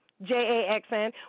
J-A-X-N